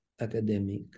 academic